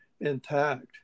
intact